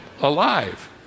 alive